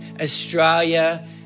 Australia